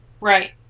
Right